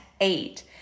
eight